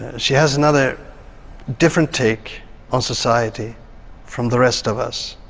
she has another different take on society from the rest of us.